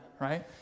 right